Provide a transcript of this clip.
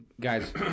guys